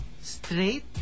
Straight